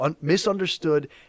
misunderstood